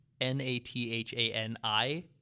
N-A-T-H-A-N-I